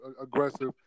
aggressive